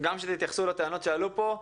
שתתייחסו גם לטענות שעלו פה,